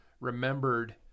remembered